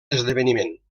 esdeveniment